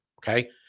Okay